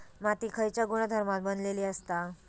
माती खयच्या गुणधर्मान बनलेली असता?